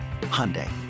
Hyundai